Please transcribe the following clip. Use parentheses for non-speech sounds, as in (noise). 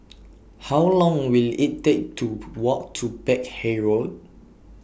(noise) How Long Will IT Take to Walk to Peck Hay Road